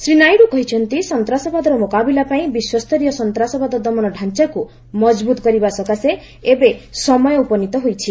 ଶ୍ରୀ ନାଇଡୁ କହିଛନ୍ତି ସନ୍ତାସବାଦର ମୁକାବିଲାପାଇଁ ବିଶ୍ୱସରୀୟ ସନ୍ତାସବାଦ ଦମନ ଡାଞ୍ଚାକୁ ମଜବୁତ୍ କରିବା ସକାଶେ ଏବେ ସମୟ ଉପନୀତ ହୋଇଛି